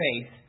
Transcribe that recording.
faith